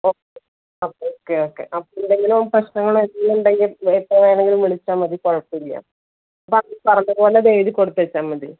okay okay okay okay അപ്പോൾ എന്തെങ്കിലും പ്രശ്നങ്ങളെന്തെങ്കിലും ഉണ്ടെങ്കിൽ എന്നെ എപ്പോൾ വേണമെങ്കിലും വിളിച്ചാൽ മതി കുഴപ്പമില്ല അപ്പോൾ അതിൽ പറഞ്ഞത് പോലെ എഴുതിക്കൊടുത്തേച്ചാൽ മതി